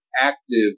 active